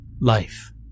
Life